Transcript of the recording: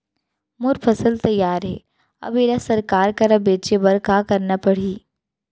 मोर फसल तैयार हे अब येला सरकार करा बेचे बर का करना पड़ही?